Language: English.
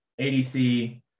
adc